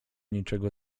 niczego